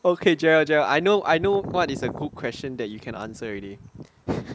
okay jarrell jarrell I know I know what is a good question that you can answer already